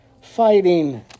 fighting